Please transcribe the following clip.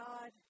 God